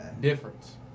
difference